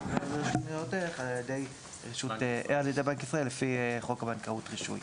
על ידי בנק ישראל לפי חוק הבנקאות (רישוי).